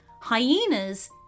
hyenas